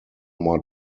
more